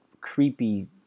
creepy